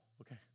Okay